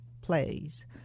plays